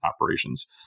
operations